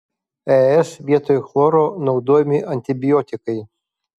es vietoj chloro naudojami antibiotikai